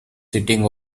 sitting